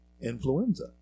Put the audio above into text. influenza